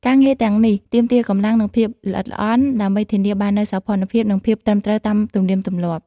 ការងារទាំងនេះ ទាមទារកម្លាំង និងភាពល្អិតល្អន់ ដើម្បីធានាបាននូវសោភ័ណភាព និងភាពត្រឹមត្រូវតាមទំនៀមទម្លាប់។